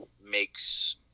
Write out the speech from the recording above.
makes